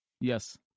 Yes